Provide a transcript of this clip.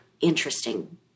interesting